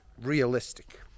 realistic